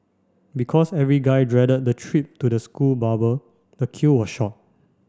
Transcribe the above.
because every guy dreaded the trip to the school barber the queue was short